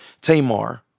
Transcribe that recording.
Tamar